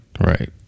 right